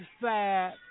fat